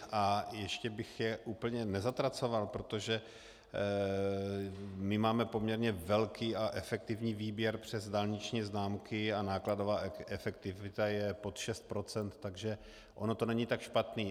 A ještě bych je úplně nezatracoval, protože máme poměrně velký a efektivní výběr přes dálniční známky a nákladová efektivita je pod 6 %, takže ono to není tak špatné.